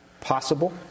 possible